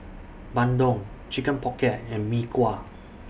Bandung Chicken Pocket and Mee Kuah